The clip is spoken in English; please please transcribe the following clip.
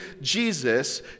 Jesus